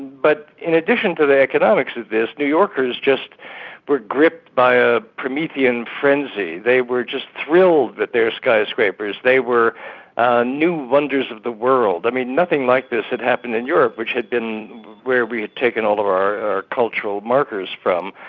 but in addition to the economics of this, new yorkers just were gripped by a promethean frenzy. they were just thrilled with their skyscrapers they were new wonders of the world. i mean, nothing like this had happened in europe, which had been where we had taken all of our cultural markers from,